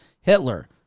Hitler